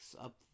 up